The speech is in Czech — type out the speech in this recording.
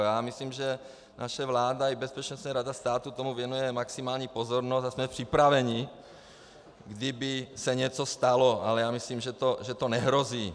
Já myslím, že naše vláda i Bezpečnostní rada státu tomu věnují maximální pozornost a jsme připraveni, kdyby se něco stalo, ale já myslím, že to nehrozí.